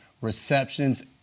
receptions